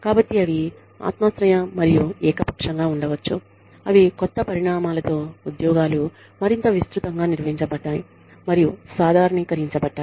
కాబట్టి అవి సబ్జెక్టివ్ గా మరియు ఏకపక్షంగా ఉండవచ్చు అవి కొత్త పరిణామాలతో ఉద్యోగాలు మరింత విస్తృతంగా నిర్వచించబడ్డాయి మరియు సాధారణీకరించ బడ్డాయి